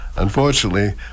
Unfortunately